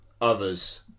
others